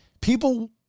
People